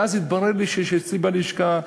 ואז התברר לי שיש אצלי בלשכה,